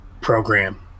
program